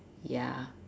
ya